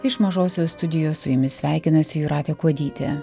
iš mažosios studijos su jumis sveikinasi jūratė kuodytė